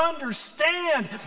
understand